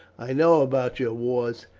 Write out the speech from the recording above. i know about your wars,